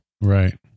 Right